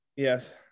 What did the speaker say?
Yes